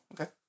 okay